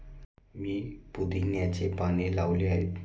मी पुदिन्याची पाने लावली आहेत